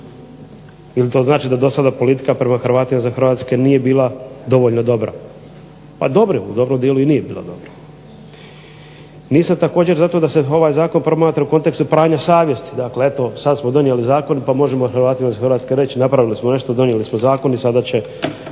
ili to znači da do sada politika ... nije bila dovoljno dobra? Pa dobro u dobrom dijelu i nije bila dobra. Nisam također zato da se ovaj zakon promatra u kontekstu pranja savjesti, dakle eto sada smo donijeli zakon pa eto možemo Hrvatima iz Hrvatske reći napravili smo nešto, donijeli smo zakon i sada će